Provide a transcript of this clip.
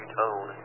tone